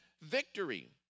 victory